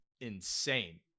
insane